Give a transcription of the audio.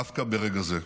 דווקא ברגע זה,